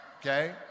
Okay